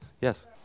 yes